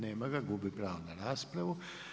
Nema ga, gubi pravo na raspravu.